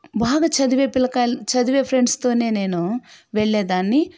బాగా చదివే పిల్లకాయలు చదివే ఫ్రెండ్స్తోనే నేను వెళ్ళేదాన్ని